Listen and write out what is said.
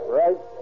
right